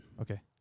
Okay